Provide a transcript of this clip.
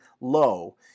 low